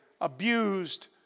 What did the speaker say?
abused